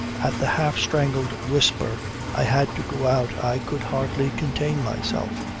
at the half-strangled whisper i had to go out. i could hardly contain myself.